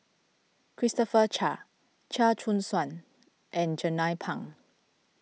Christopher Chia Chia Choo Suan and Jernnine Pang